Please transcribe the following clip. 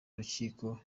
urukiko